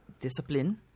discipline